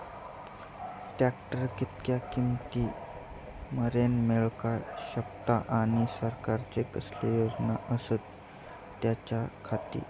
Tractor कितक्या किमती मरेन मेळाक शकता आनी सरकारचे कसले योजना आसत त्याच्याखाती?